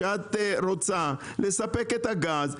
כשאת רוצה לספק את הגז,